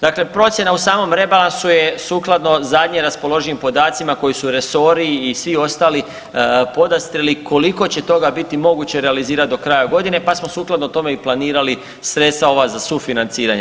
Dakle, procjena u samom rebalansu je sukladno zadnje raspoloživim podacima koji su resori i svi ostali podastrli koliko će toga biti moguće realizirati do kraja godine pa smo sukladno tome i planirali sredstva ova za sufinanciranje.